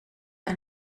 ein